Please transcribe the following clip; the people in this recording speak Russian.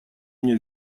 мне